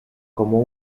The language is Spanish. como